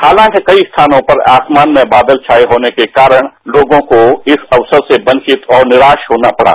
हालांकि कई स्थानों पर आसमान में बादल छार्य होने के कारण लोगों को इस अवसर से वंचित और निराश होना पड़ा